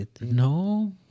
No